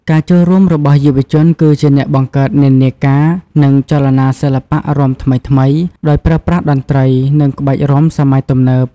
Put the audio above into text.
ការចូលរួមរបស់យុវជនគឺជាអ្នកបង្កើតនិន្នាការ និងចលនាសិល្បៈរាំថ្មីៗ ដោយប្រើប្រាស់តន្ត្រី និងក្បាច់រាំសម័យទំនើប។